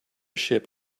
ship